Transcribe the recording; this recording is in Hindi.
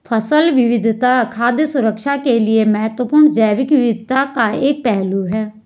फसल विविधता खाद्य सुरक्षा के लिए महत्वपूर्ण जैव विविधता का एक पहलू है